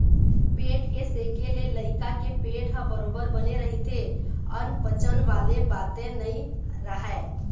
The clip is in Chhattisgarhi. पेट के सेके ले लइका के पेट ह बरोबर बने रहिथे अनपचन वाले बाते नइ राहय